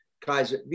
Kaiser